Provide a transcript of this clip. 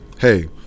hey